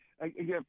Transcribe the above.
again